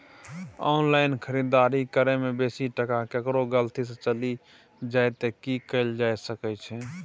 Online खरीददारी करै में बेसी टका केकरो गलती से चलि जा त की कैल जा सकै छै?